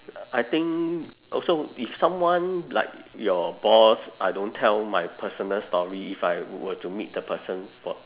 I think also if someone like your boss I don't tell my personal story if I were to meet the person for